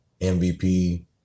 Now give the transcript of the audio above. MVP